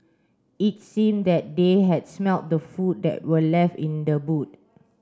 it seemed that they had smelt the food that were left in the boot